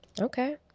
okay